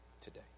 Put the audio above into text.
today